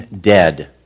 dead